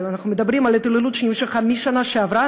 אנחנו מדברים על התעללות שנמשכה מהשנה שעברה,